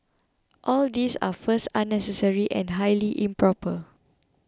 all these are first unnecessary and highly improper